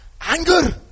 anger